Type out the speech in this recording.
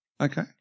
Okay